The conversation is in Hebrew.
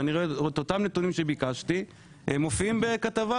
ואני רואה את אותם נתונים שביקשתי מופיעים בכתבה,